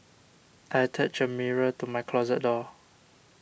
I attached a mirror to my closet door